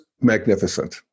magnificent